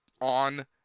on